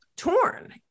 torn